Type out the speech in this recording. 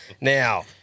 Now